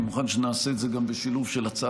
אני מוכן שנעשה את זה גם בשילוב של הצעה